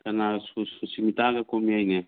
ꯀꯥꯅꯒ ꯁꯨꯁꯃꯤꯇꯥꯒ ꯀꯨꯝꯃꯤ ꯍꯥꯏꯅꯦ